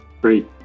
Great